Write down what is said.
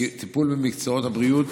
טיפול במקצועות הבריאות,